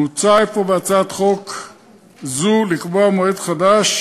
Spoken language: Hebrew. מוצע אפוא בהצעת חוק זו לקבוע מועד חדש